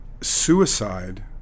Suicide